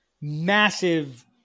Massive